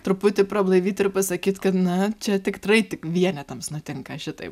truputį prablaivyt ir pasakyt kad na čia tikrai tik vienetams nutinka šitaip